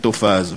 לתופעה הזאת.